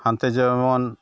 ᱦᱟᱱᱛᱮ ᱡᱮᱢᱚᱱ